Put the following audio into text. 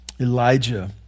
Elijah